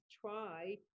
try